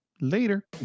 Later